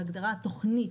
ההגדרה התוכנית,